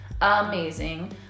amazing